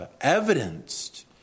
evidenced